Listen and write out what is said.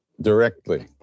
directly